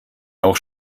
auch